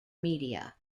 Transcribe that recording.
media